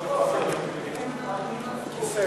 נתת לו עכשיו לסבול, עליתי